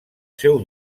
seu